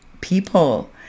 people